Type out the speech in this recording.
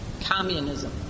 communism